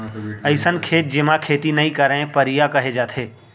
अइसन खेत जेमा खेती नइ करयँ परिया कहे जाथे